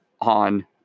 on